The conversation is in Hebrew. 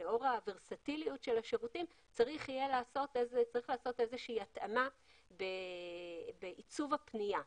שלאור הוורסטיליות של השירותים צריך לעשות איזושהי התאמה בעיצוב הפנייה.